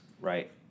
right